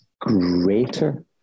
greater